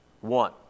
One